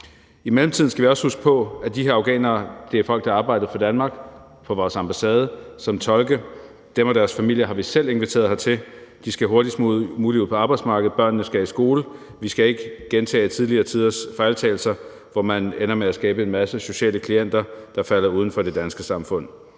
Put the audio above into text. I mellemtiden skal vi også huske på, at de her afghanere er folk, der har arbejdet for Danmark på vores ambassade som tolke. Dem og deres familier har vi selv inviteret hertil. De skal hurtigst muligt ud på arbejdsmarkedet, og børnene skal i skole. Vi skal ikke gentage tidligere tiders fejltagelser, hvor man ender med at skabe en masse sociale klienter, der falder uden for det danske samfund.